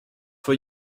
for